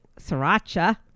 sriracha